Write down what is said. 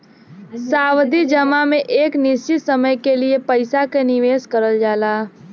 सावधि जमा में एक निश्चित समय के लिए पइसा क निवेश करल जाला